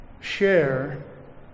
share